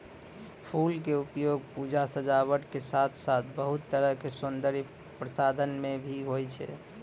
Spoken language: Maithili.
फूल के उपयोग पूजा, सजावट के साथॅ साथॅ बहुत तरह के सौन्दर्य प्रसाधन मॅ भी होय छै